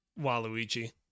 Waluigi